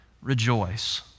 rejoice